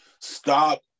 stop